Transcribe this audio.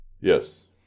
Yes